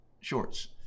shorts